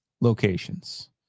locations